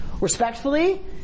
respectfully